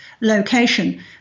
location